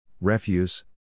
refuse